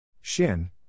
Shin